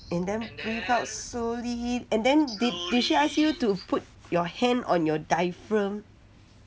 and then breathe out slowly and then did did she ask you to put your hand on your diaphragm